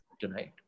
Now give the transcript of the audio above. tonight